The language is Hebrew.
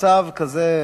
מצב כזה,